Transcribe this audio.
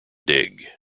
dig